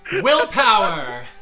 Willpower